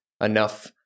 enough